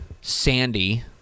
Sandy